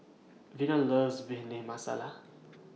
Vena loves Bhindi Masala